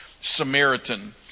Samaritan